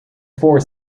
four